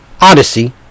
odyssey